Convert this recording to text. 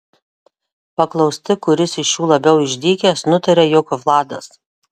paklausti kuris iš jų labiau išdykęs nutaria jog vladas